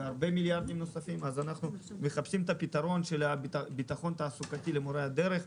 אנחנו מחפשים את הפתרון של ביטחון תעסוקתי למורי הדרך.